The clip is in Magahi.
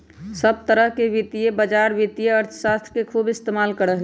सब तरह के वित्तीय बाजार वित्तीय अर्थशास्त्र के खूब इस्तेमाल करा हई